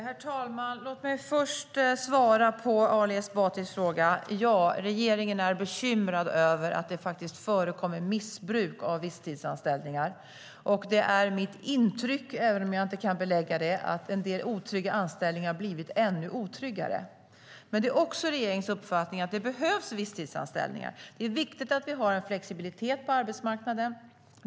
Herr talman! Låt mig först svara på Ali Esbatis fråga. Ja, regeringen är bekymrad över att det förekommer missbruk av visstidsanställningar. Och det är mitt intryck, även om jag inte kan belägga det, att en del otrygga anställningar blivit ännu otryggare. Men det är också regeringens uppfattning att det behövs visstidsanställningar. Det är viktigt att vi har en flexibilitet på arbetsmarknaden.